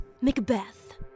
Macbeth